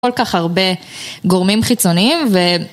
כל כך הרבה גורמים חיצוניים ו...